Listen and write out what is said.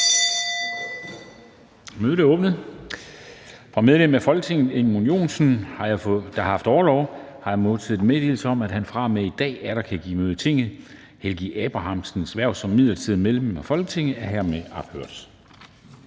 Mødet er åbnet. Fra medlem af Folketinget Edmund Joensen, der har haft orlov, har jeg modtaget meddelelse om, at han fra og med i dag atter kan give møde i Tinget. Helgi Abrahamsens hverv som midlertidigt medlem af Folketinget er hermed ophørt.